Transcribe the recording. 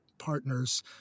partners